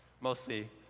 Mostly